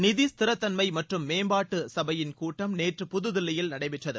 நிதி ஸ்திர தன்மை மற்றும் மேம்பாட்டு சபையின் கூட்டம் நேற்று புதுதில்லியில் நடைபெற்றது